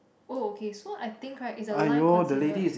oh okay so I think right is a line consider